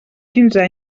quinze